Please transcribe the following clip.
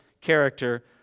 character